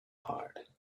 heart